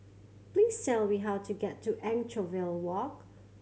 please tell me how to get to Anchorvale Walk